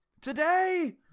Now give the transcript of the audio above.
Today